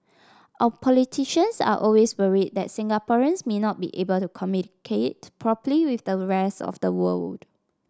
our politicians are always worried that Singaporeans may not be able to communicate properly with the rest of the world